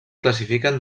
classifiquen